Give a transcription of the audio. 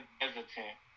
hesitant